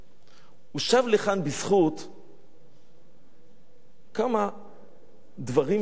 הוא שב לכאן בזכות כמה דברים שהניעו אותו,